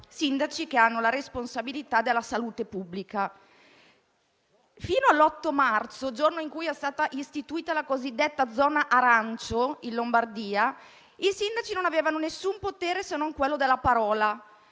sindaci, che hanno la responsabilità della salute pubblica, il potere di ordinanza. Fino all'8 marzo - giorno in cui è stata istituita la cosiddetta zona arancione in Lombardia - i sindaci non avevano alcun potere, se non quello della parola;